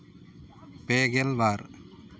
ᱯᱮᱜᱮᱞ ᱵᱟᱨ